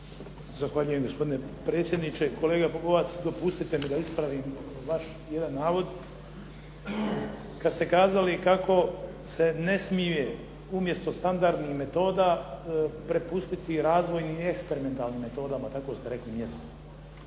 Zahvaljujem gospodine predsjedniče. Kolega Pupovac dopustite mi da ispravim vaš jedan navod kad ste kazali kako se ne smije umjesto standardnih metoda prepustiti razvojnim i eksperimentalnim metodama, tako ste rekli.